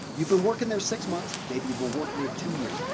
you've been working there six months maybe you've been working there two years.